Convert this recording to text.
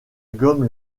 gomme